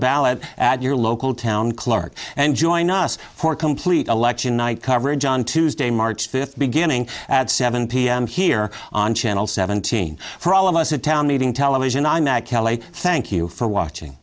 ballot at your local town clerk and join us for complete election night coverage on tuesday march fifth beginning at seven pm here on channel seventeen for all of us a town meeting television i'm at kelli thank you for watching